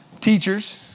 teachers